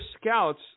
scouts